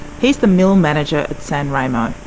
he's the mill manager at san remo.